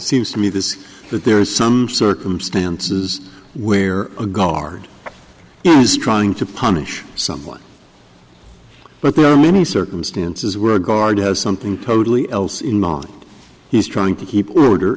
that seems to me this that there is some circumstances where a guard is trying to punish someone but there are many circumstances where a guard has something totally else in mind he's trying to keep order